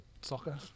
Soccer